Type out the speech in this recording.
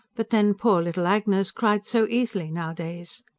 but then poor little agnes cried so easily nowadays.